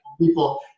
people